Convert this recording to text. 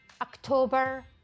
October